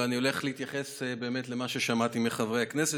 ואני הולך להתייחס באמת למה ששמעתי מחברי הכנסת.